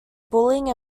bullying